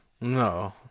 No